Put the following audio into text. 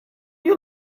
you